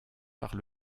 par